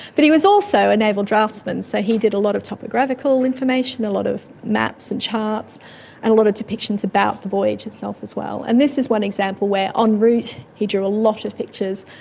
but he was also an able draughtsman, so he did a lot of topographical information, a lot of maps and charts and a lot of depictions about the voyage itself as well. and this is one example where en route he drew a lot of pictures.